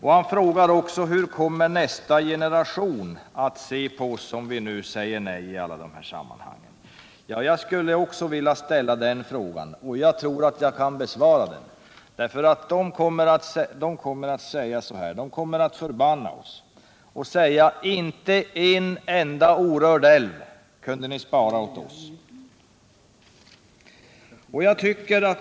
Han frågar också: Hur kommer nästa generation att se på oss om vi säger nej i alla de här sammanhangen? Även jag skulle kunna ställa den frågan, och jag tror att jag kan besvara den. De kommer att förbanna oss och säga: Inte en enda orörd älv kunde ni spara åt OSS.